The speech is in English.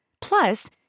Plus